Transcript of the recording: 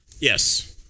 Yes